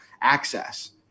access